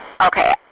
Okay